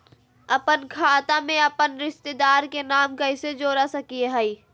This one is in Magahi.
अपन खाता में अपन रिश्तेदार के नाम कैसे जोड़ा सकिए हई?